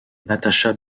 natasha